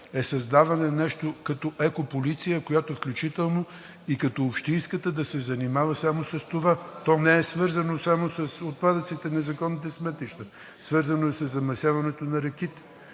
е създаване на нещо като екополиция, която както и общинската да се занимава само с това. Това не е свързано само с отпадъците и незаконните сметища, свързано е със замърсяването на реките,